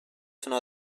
sono